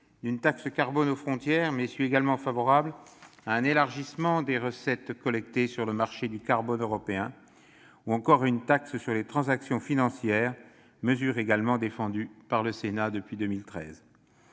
d'une taxe carbone aux frontières, mais je suis également favorable à un élargissement des recettes collectées sur le marché du carbone européen, ou encore à une taxe sur les transactions financières, mesure également défendue par le Sénat depuis 2013.